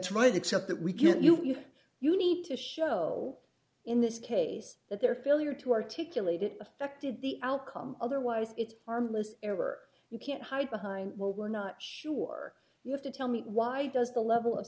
can't you you need to show in this case that their failure to articulate it affected the outcome otherwise it's harmless ever you can't hide behind what we're not sure you have to tell me why does the level of